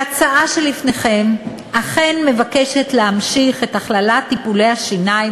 ההצעה שלפניכם אכן מבקשת להמשיך את הכללת טיפולי השיניים